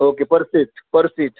okay per seat per seat